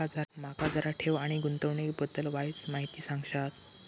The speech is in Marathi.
माका जरा ठेव आणि गुंतवणूकी बद्दल वायचं माहिती सांगशात?